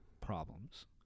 problems